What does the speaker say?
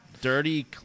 Dirty